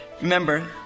Remember